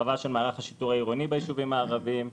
הרחבה של מערך השיטור העירוני ביישובים הערבים.